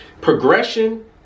Progression